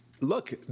look